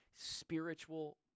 Spiritual